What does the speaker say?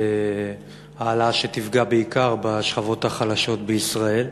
העלאה שתפגע בעיקר בשכבות החלשות בישראל.